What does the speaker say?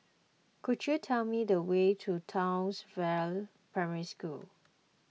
could you tell me the way to Townsville Primary School